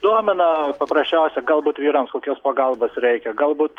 domina paprasčiausia galbūt vyrams kokios pagalbos reikia galbūt